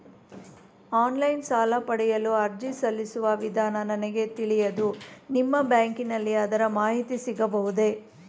Online ಸಾಲ ಪಡೆಯಲು ಅರ್ಜಿ ಸಲ್ಲಿಸುವ ವಿಧಾನ ನನಗೆ ತಿಳಿಯದು ನಿಮ್ಮ ಬ್ಯಾಂಕಿನಲ್ಲಿ ಅದರ ಮಾಹಿತಿ ಸಿಗಬಹುದೇ?